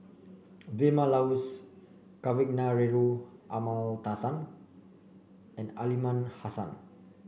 Vilma Laus Kavignareru Amallathasan and Aliman Hassan